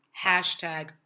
Hashtag